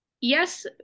yes